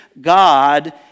God